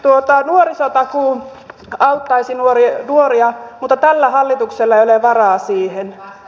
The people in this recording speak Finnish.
samoin nuorisotakuu auttaisi nuoria mutta tällä hallituksella ei ole varaa siihen